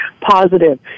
positive